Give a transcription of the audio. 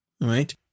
right